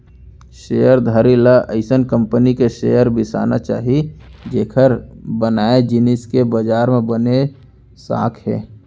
share धारी ल अइसन कंपनी के शेयर बिसाना चाही जेकर बनाए जिनिस के बजार म बने साख हे